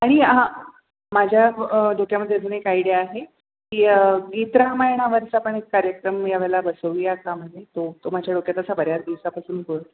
आणि माझ्या डोक्यामध्ये अजून एक आयडिया आहे की गीत रामायणावरचा पण एक कार्यक्रम यावेळेला बसवूया का म्हणजे तो तो माझ्या डोक्यात असा बऱ्याच दिवसापासून होतं